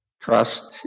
trust